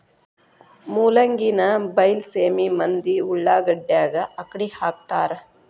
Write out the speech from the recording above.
ಮೂಲಂಗಿನಾ ಬೈಲಸೇಮಿ ಮಂದಿ ಉಳಾಗಡ್ಯಾಗ ಅಕ್ಡಿಹಾಕತಾರ